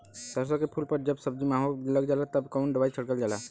सरसो के फूल पर जब माहो लग जाला तब कवन दवाई छिड़कल जाला?